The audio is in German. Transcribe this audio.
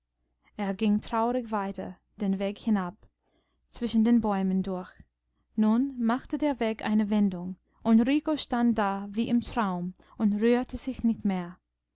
er ging traurig weiter den weg hinab zwischen den bäumen durch nun machte der weg eine wendung und rico stand da wie im traum und rührte sich nicht mehr